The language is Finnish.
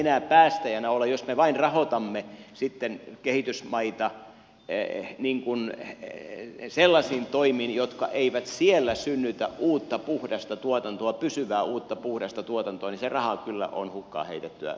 jos me vain rahoitamme sitten kehitysmaita sellaisiin toimiin jotka eivät siellä synnytä uutta puhdasta tuotantoa pysyvää uutta puhdasta tuotantoa niin se raha kyllä on hukkaan heitettyä